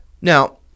Now